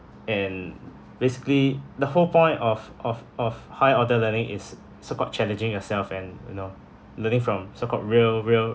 and basically the whole point of of of high order learning is uh so-called challenging yourself and you know learning from so-called real real